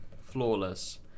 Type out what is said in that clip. flawless